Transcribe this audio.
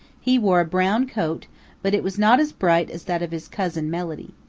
he wore a brown coat but it was not as bright as that of his cousin, melody.